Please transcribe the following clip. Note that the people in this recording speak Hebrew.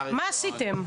מה עשיתם?